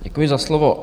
Děkuji za slovo.